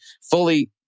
fully